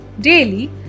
daily